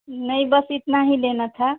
नहीं बस इतना ही लेना था